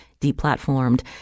deplatformed